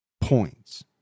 points